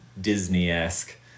disney-esque